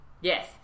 Yes